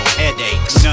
headaches